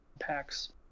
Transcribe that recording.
packs